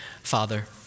Father